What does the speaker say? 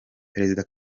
perezida